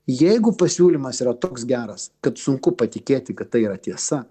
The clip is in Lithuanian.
jeigu pasiūlymas yra toks geras kad sunku patikėti kad tai yra tiesa